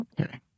Okay